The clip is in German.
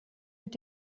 mit